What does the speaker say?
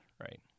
right